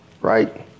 Right